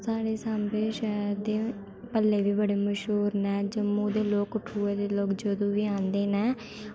साढ़े सांबे शैह्र दे भल्ले बी बड़े मश्हूर न जम्मू दे लोग कठुए दे लोग जदूं बी आंदे न